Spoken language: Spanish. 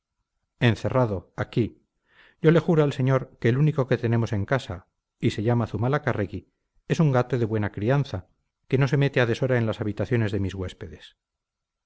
encerrado aquí yo le juro al señor que el único que tenemos en casa y se llama zumalacárregui es un gato de buena crianza que no se mete a deshora en las habitaciones de mis huéspedes